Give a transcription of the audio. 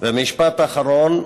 משפט אחרון,